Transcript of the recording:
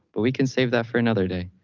but we can save that for another day.